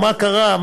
מה קרה?